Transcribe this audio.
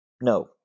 no